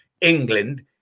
England